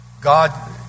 God